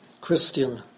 Christian